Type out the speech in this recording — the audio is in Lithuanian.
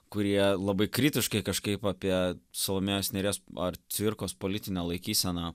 kurie labai kritiškai kažkaip apie salomėjos nėries ar cvirkos politinę laikyseną